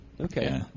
Okay